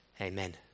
Amen